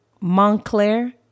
Montclair